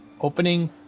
opening